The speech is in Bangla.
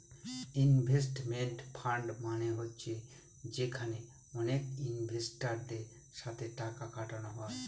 ইনভেস্টমেন্ট ফান্ড মানে হচ্ছে যেখানে অনেক ইনভেস্টারদের সাথে টাকা খাটানো হয়